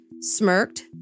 smirked